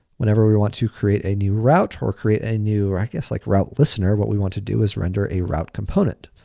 whenever we want to create a new route or create a new racas like route listener, what we want to do is render a route component.